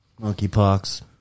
Monkeypox